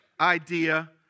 idea